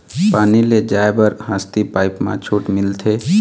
पानी ले जाय बर हसती पाइप मा छूट मिलथे?